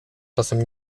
czasem